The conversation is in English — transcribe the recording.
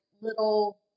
little